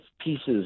pieces